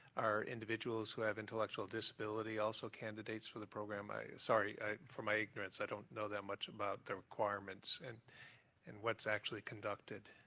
are individuals who have intellectual disability also candidates for the program? sorry for my ignorance, i don't know that much about the requirements and and what's actually conducted.